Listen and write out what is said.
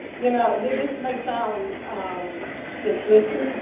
you know, this may sound simplistic,